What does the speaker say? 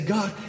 God